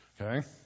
okay